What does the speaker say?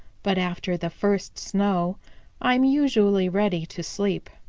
but after the first snow i'm usually ready to sleep.